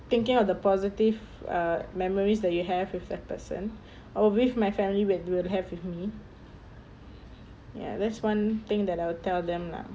thinking of the positive uh memories that you have with that person or with my family when they were have with me ya that's one thing that I will tell them lah